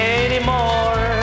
anymore